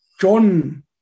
John